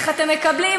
איך אתם מקבלים?